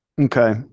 Okay